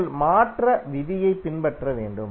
நீங்கள் மாற்ற விதியைப் பின்பற்ற வேண்டும்